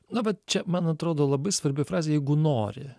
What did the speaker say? na vat čia man atrodo labai svarbi frazė jeigu nori